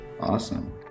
Awesome